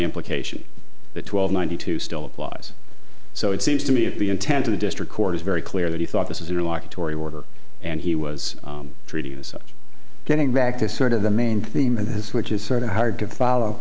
implication that twelve ninety two still applies so it seems to me if the intent of the district court is very clear that he thought this was a remark tory order and he was getting back to sort of the main theme of his which is sort of hard to follow